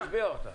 שהוא השביח אותה.